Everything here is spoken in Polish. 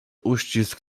uścisk